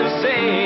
say